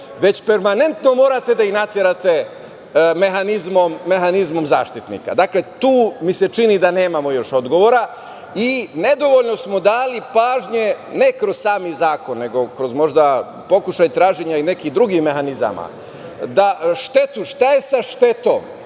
već permanentno morate da ih naterate mehanizmom zaštitnika. Dakle, tu mi se čini da nemamo još odgovora. Nedovoljno smo dali pažnje ne kroz sam zakon, nego kroz možda pokušaj traženja i nekih drugih mehanizama da štetu, šta je sa štetom,